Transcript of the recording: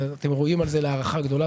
ואתם ראויים על זה להערכה גדולה,